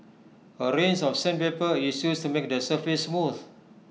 A range of sandpaper is used to make the surface smooth